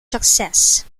success